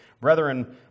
Brethren